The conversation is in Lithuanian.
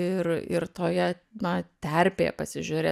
ir ir ir toje na terpėje pasižiūrėt